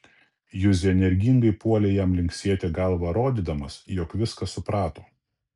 juzė energingai puolė jam linksėti galva rodydamas jog viską suprato